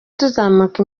tuzamuka